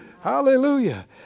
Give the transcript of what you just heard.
Hallelujah